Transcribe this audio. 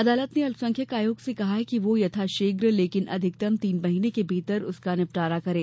अदालत ने अल्पसंख्यक आयोग से कहा कि वह यथाशीघ्र लेकिन अधिकतम तीन महीने के भीतर उसका निपटारा करें